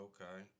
Okay